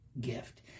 gift